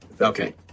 okay